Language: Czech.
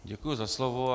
Děkuji za slovo.